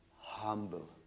humble